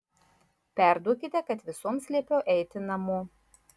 perduokite kad visoms liepiau eiti namo